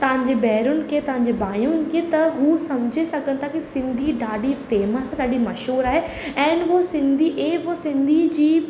तव्हांजे भेनरुनि खे तव्हांजे भाइयुनि खे त हू सम्झी सघनि था की सिंधी ॾाढी फेमस आहे ॾाढी मशहूरु आहे ऐं उहो सिंधी ऐं उहो सिंधी जी